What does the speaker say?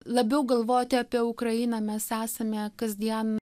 labiau galvoti apie ukrainą mes esame kasdien